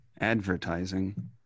advertising